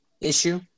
issue